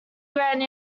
grand